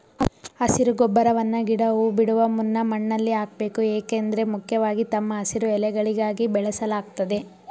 ಹಸಿರು ಗೊಬ್ಬರವನ್ನ ಗಿಡ ಹೂ ಬಿಡುವ ಮುನ್ನ ಮಣ್ಣಲ್ಲಿ ಹಾಕ್ಬೇಕು ಏಕೆಂದ್ರೆ ಮುಖ್ಯವಾಗಿ ತಮ್ಮ ಹಸಿರು ಎಲೆಗಳಿಗಾಗಿ ಬೆಳೆಸಲಾಗ್ತದೆ